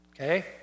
Okay